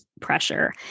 pressure